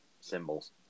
symbols